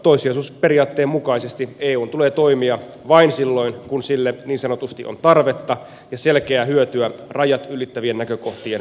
toissijaisuusperiaatteen mukaisesti eun tulee toimia vain silloin kun sille niin sanotusti on tarvetta ja siitä on selkeää hyötyä rajat ylittävien näkökohtien vuoksi